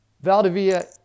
Valdivia